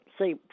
see